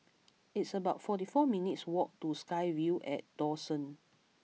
it's about forty four minutes' walk to SkyVille at Dawson